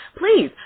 Please